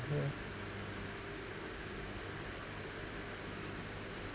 yeah